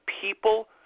people